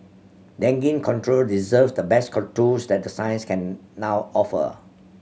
dengue control deserves the best tools that the science can now offer